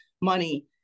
money